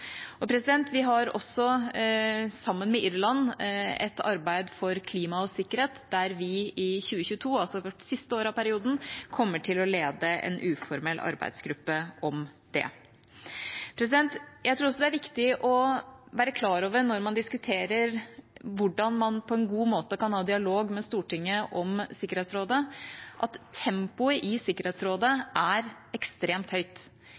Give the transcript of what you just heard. Vi har også sammen med Irland et arbeid for klima og sikkerhet, der vi i 2022, altså siste året av perioden, kommer til å lede en uformell arbeidsgruppe om det. Jeg tror også det er viktig å være klar over, når man diskuterer hvordan man på en god måte kan ha dialog med Stortinget om Sikkerhetsrådet, at tempoet i Sikkerhetsrådet er ekstremt høyt.